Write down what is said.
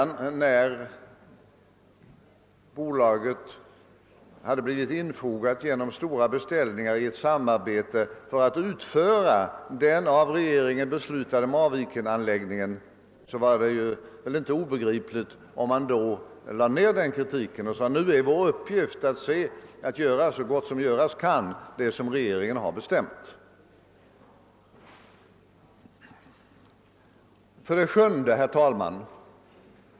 När sedan bolaget genom stora beställningar i ett samarbete hade blivit infogat för att utföra den av regeringen beslutade Marvikenanläggningen, var det inte obegripligt om man lade ned denna kritik och sade: Nu är vår uppgift att så gott vi kan utföra det som regeringen har bestämt. 7.